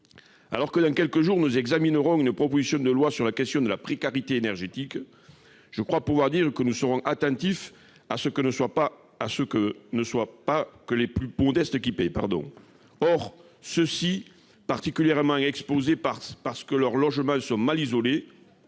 Alors que, dans quelques jours, nous débattrons d'une proposition de loi sur la question de la précarité énergétique, je crois pouvoir dire que nous serons attentifs à ce que ce ne soient pas que les plus modestes qui paient. Or ceux-ci sont particulièrement exposés. En effet, leurs logements sont mal isolés